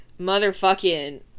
motherfucking